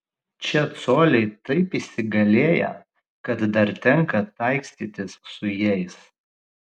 čia coliai taip įsigalėję kad dar tenka taikstytis su jais